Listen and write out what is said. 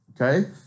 okay